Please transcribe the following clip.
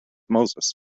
moses